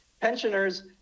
pensioners